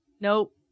Nope